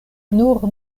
nur